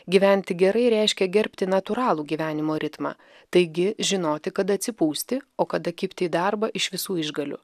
gyventi gerai reiškia gerbti natūralų gyvenimo ritmą taigi žinoti kada atsipūsti o kada kibti į darbą iš visų išgalių